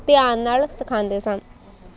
ਧਿਆਨ ਨਾਲ ਸਿਖਾਉਂਦੇ ਸਨ